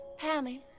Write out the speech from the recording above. Pammy